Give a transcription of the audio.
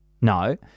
No